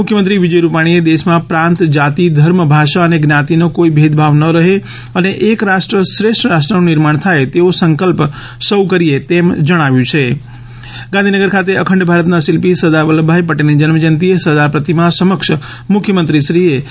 મુખ્યમંત્રી વિજય ભાઈ રૂપાણી એ દેશમાં પ્રાંત જાતિ ધર્મ ભાષા અને જ્ઞાતિનો કોઈ ભેદભાવ ન રહે અને એક રાષ્ટ્ર શ્રેષ્ઠ રાષ્ટ્રનું નિર્માણ થાય તેવો સંકલ્પ સૌ કરીએ તેમ જણાવ્યું છે ગાંધીનગર ખાતે અંખડ ભારતના શિલ્પી સરદાર વલ્લભભાઇ પટેલની જન્મ જયંતિએ સરદાર પ્રતિમા સમક્ષ મુખ્ય મંત્રીશ્રી એ પુષ્પાજલિ અર્પણ કરીને ભાવ વંદના કરી હતી